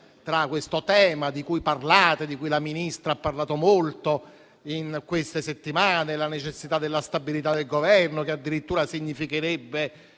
Grazie: